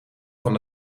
van